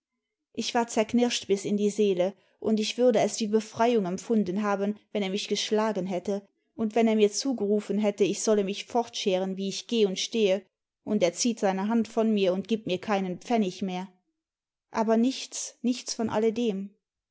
ich war zerknirscht bis in die seele imd ich würde es wie befreiung empfunden haben wenn er mich geschlagen hätte und weim er mir zugerufen hätte ich solle mich fortscheren wie ich geh und stehe und er zieht seine hand von mir und gibt mir keinen pfennig mehr aber nichts nichts von alledem